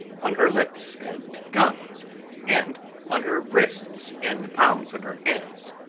on her lips and gums and on her wrists and the palms of her hands.